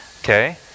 Okay